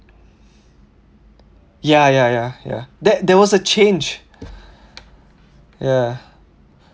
ya ya ya ya there there was a change ya